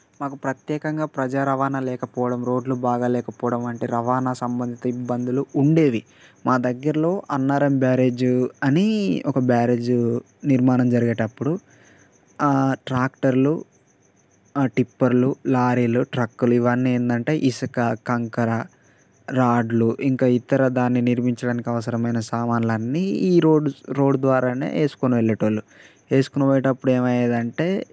మాకు ప్రత్యేకంగా ప్రజా రవాణా లేకపోవడం రోడ్లు బాగా లేకపోవడం వంటి రవాణా సంబంధిత ఇబ్బందులు ఉండేవి మా దగ్గరలో అన్నారం బ్యారేజ్ అని ఒక బ్యారేజ్ నిర్మాణం జరిగేటప్పుడు ట్రాక్టర్లు టిప్పర్లు లారీలు ట్రక్కులు ఇవన్నీ ఏంటంటే ఇసుక కంకర రాడ్లు ఇంకా ఇతర దాన్ని నిర్మించడానికి అవసరమైన సామానులు అన్నీ ఈ రోడ్డు రోడ్డు ద్వారా వేసుకుని వెళ్ళే వాళ్ళు వేసుకుని పోయేటప్పుడు ఏమి అయ్యేది అంటే